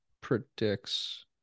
Predicts